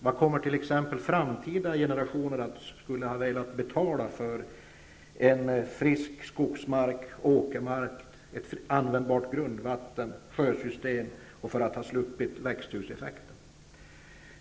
Vad kommer t.ex. framtida generationer att vilja betala för frisk skogsmark, åkermark, användbart grundvatten, sjösystem och för ha sluppit växthuseffekten?